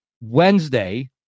Wednesday